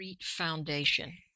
foundation